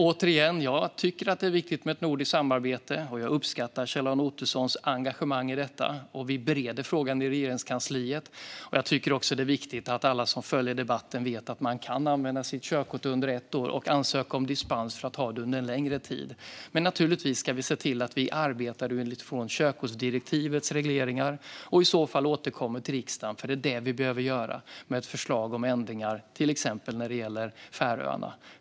Återigen: Det är viktigt med ett nordiskt samarbete, och jag uppskattar Kjell-Arne Ottossons engagemang i detta. Vi bereder frågan i Regeringskansliet. Det är också viktigt att alla som följer debatten vet att man kan använda sitt körkort under ett år och ansöka om dispens för att ha det under en längre tid. Vi ska naturligtvis se till att vi arbetar enligt körkortsdirektivets regleringar. Vi får i så fall återkomma till riksdagen. Det är vad vi behöver göra med ett förslag om ändringar till exempel när det gäller Färöarna.